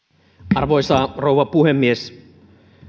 arvoisa rouva puhemies